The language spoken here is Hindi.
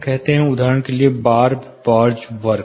कहते हैं उदाहरण के लिए बार्ब बार्ज वर्क